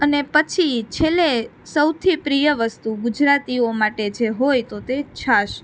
અને પછી છેલ્લે સૌથી પ્રિય વસ્તુ ગુજરાતીઓ માટે જે હોય તો તે છાશ